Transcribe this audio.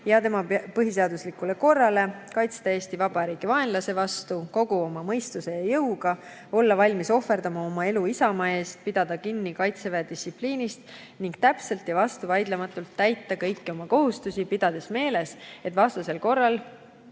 ja tema põhiseaduslikule korrale, kaitsta Eesti Vabariiki vaenlase vastu kogu oma mõistuse ja jõuga, olla valmis ohverdama oma elu isamaa eest, pidada kinni Kaitseväe distsipliinist ning täpselt ja vastuvaidlematult täita kõiki oma kohustusi, pidades meeles, et vastasel korral